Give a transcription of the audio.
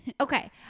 Okay